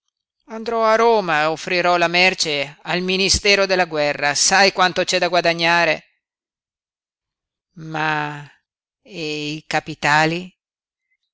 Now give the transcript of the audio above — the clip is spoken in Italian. andrò a roma e offrirò la merce al ministero della guerra sai quanto c'è da guadagnare ma e i capitali